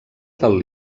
del